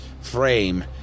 frame